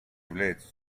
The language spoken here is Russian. является